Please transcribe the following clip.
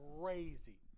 crazy